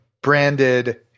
branded